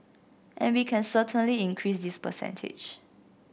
and we can certainly increase this percentage